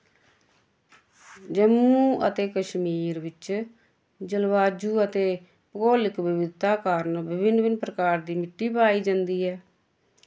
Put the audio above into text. जम्मू ते कश्मीर विच जलवाजू ते भगोलिक बबिदता कारण बिब्भिन बिब्भिन प्रकार दी मिट्टी पाई जंदी ऐ